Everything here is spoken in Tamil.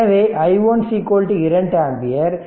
எனவே i1 2 ஆம்பியர்